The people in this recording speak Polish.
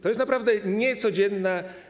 To jest naprawdę niecodzienne.